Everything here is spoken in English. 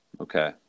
Okay